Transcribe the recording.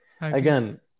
Again